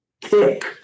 kick